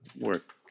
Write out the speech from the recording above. work